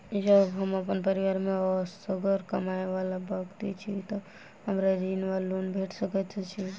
जँ हम अप्पन परिवार मे असगर कमाई वला व्यक्ति छी तऽ हमरा ऋण वा लोन भेट सकैत अछि?